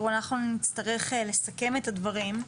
אנחנו נצטרך לסכם את הדברים.